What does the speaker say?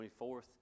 24th